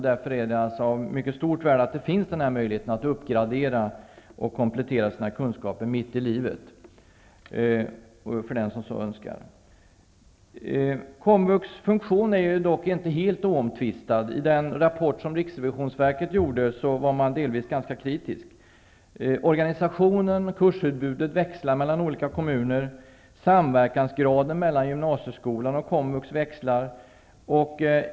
Därför är det av mycket stor vikt att den här möjligheten finns för dem som så önskar, att uppgradera och komplettera sina kunskaper mitt i livet. Komvux funktion är dock inte helt oomtvistad. I den rapport som riksrevisionsverket gjort var man delvis ganska kritisk. Organisationen och kursutbudet växlar mellan olika kommuner. Samverkansgraden mellan gymnasieskolan och komvux växlar.